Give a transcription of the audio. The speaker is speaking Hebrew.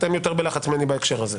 אתם יותר בלחץ ממני בהקשר הזה.